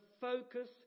focus